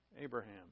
Abraham